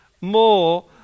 more